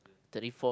thirty four